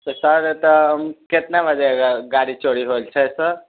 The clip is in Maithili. सर तऽ कितने बजे गाड़ी चोरी भेल छै सर